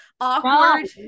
awkward